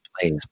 plays